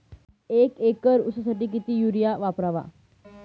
एक एकर ऊसासाठी किती युरिया वापरावा?